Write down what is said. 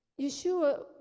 Yeshua